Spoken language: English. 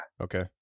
Okay